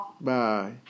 Bye